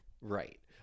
Right